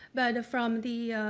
but from the,